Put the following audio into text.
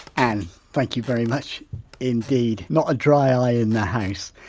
and thank you very much indeed. not a dry eye in the house.